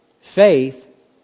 Faith